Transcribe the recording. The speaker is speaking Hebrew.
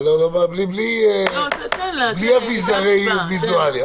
--- בלי אביזרי ויזואליה.